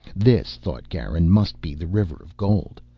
this, thought garin, must be the river of gold,